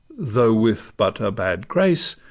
though with but a bad grace,